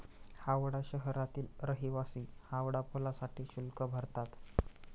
हावडा शहरातील रहिवासी हावडा पुलासाठी शुल्क भरतात